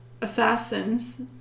assassins